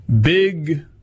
big